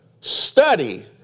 study